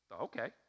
Okay